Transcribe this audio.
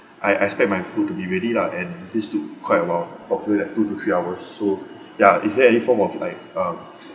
I expect my food to be ready lah and this took quite a while probably like two to three hours so ya is there any form of like uh